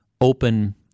open